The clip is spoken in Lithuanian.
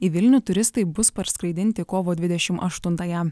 į vilnių turistai bus parskraidinti kovo dvidešim aštuntąją